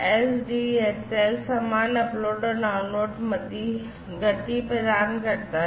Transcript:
SDSL समान upload और download गति प्रदान करता है